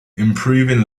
improving